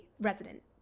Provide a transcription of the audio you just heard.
resident